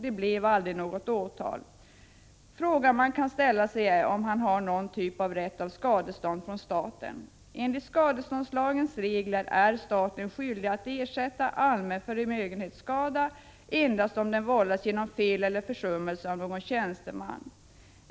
Det blev aldrig något åtal. Den fråga man kan ställa är: Har han rätt till någon typ av skadestånd från staten? Enligt skadeståndslagens regler är staten skyldig att ersätta allmän förmögenhetsskada endast om denna vållats genom fel eller försummelse av någon tjänsteman.